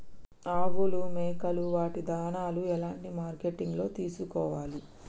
ఆవులు మేకలు వాటి దాణాలు ఎలాంటి మార్కెటింగ్ లో తీసుకోవాలి?